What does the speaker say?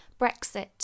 Brexit